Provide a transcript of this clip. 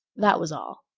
that was all.